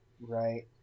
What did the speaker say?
Right